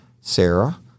Sarah